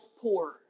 poor